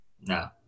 No